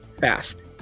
fast